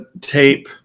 tape